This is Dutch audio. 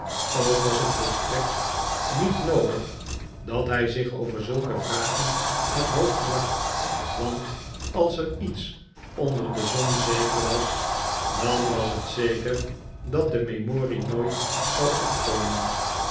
ook was het volstrekt niet rioodig dat hij zich over zulke vragen het hoofd brak want als er ie'ts onder de zon zeker was dan was het zeker dat de memorie nooit zou afkomen